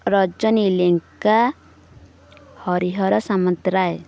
Rajani Lenka Harihar Samantaray